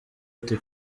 ati